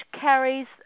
carries